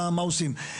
מה עושים.